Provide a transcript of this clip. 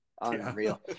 Unreal